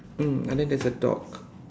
mm and then there is a dog